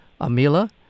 Amila